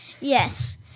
Yes